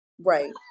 Right